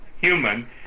human